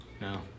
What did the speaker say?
No